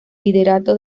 liderato